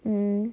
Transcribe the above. mm